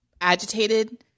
agitated